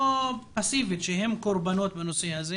או פסיבית כשהם קורבנות בנושא הזה?